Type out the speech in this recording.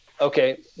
Okay